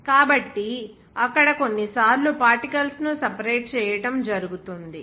కాబట్టి అక్కడ కొన్ని సార్లు పార్టికల్స్ ను సెపెరేట్ చేయడం జరుగుతుంది